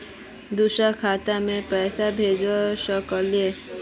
दुसरे खाता मैं पैसा भेज सकलीवह?